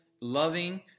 loving